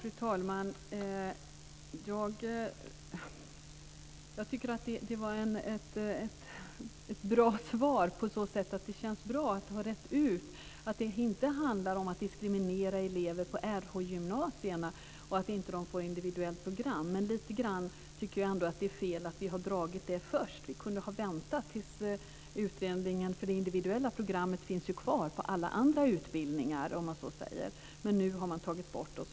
Fru talman! Jag tycker att det var ett bra svar på så sätt att det känns bra att det har retts ut att det inte handlar om att diskriminera elever på Rhgymnasierna genom att de inte får ett individuellt program. Men jag tycker ända att det är lite fel att vi har gjort detta först. Vi kunde ha väntat på utredningen. Det individuella programmet finns ju kvar på alla andra utbildningar. Men nu har man tagit bort detta.